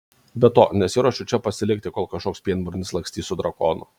be to nesiruošiu čia pasilikti kol kažkoks pienburnis lakstys su drakonu